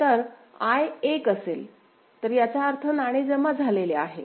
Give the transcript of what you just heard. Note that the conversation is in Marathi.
तर I 1 असेल तर याचा अर्थ नाणे जमा झालेले आहे